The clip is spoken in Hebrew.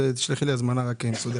תשלחי לי הזמנה מסודרת.